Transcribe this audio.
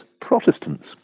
Protestants